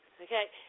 okay